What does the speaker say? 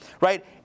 Right